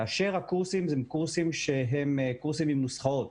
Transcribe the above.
כאשר הקורסים הם קורסים עם נוסחאות,